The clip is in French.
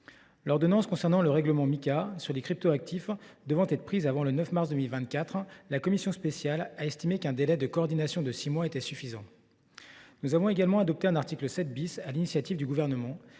L’ordonnance concernant le règlement (MiCA) sur les cryptoactifs devant être prise avant le 9 mars 2024, la commission spéciale a estimé qu’un délai de coordination de six mois était suffisant. Nous avons également adopté un article 7 , sur l’initiative du Gouvernement,